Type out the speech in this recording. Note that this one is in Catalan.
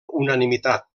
unanimitat